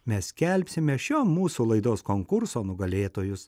mes skelbsime šio mūsų laidos konkurso nugalėtojus